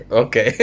okay